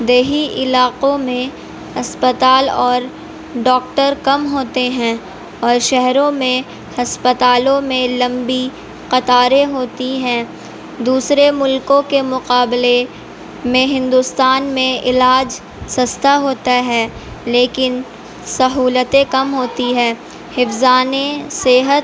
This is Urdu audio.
دیہی علاقوں میں اسپتال اور ڈاکٹر کم ہوتے ہیں اور شہروں میں ہسپتالوں میں لمبی قطاریں ہوتی ہیں دوسرے ملکوں کے مقابلے میں ہندوستان میں علاج سستا ہوتا ہے لیکن سہولتیں کم ہوتی ہے حفظانِ صحت